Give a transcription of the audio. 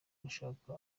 gushaka